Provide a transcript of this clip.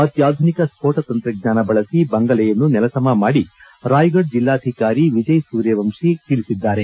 ಅತ್ಕಾಧುನಿಕ ಸ್ಫೋಟ ತಂತ್ರಜ್ಞಾನ ಬಳಸಿ ಬಂಗಲೆಯನ್ನು ನೆಲಸಮ ಮಾಡಿರುವುದಾಗಿ ರಾಯ್ಗಢ್ ಜಿಲ್ಲಾಧಿಕಾರಿ ವಿಜಯ್ ಸೂರ್ಯವಂಶಿ ತಿಳಿಸಿದ್ದಾರೆ